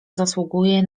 zasługuje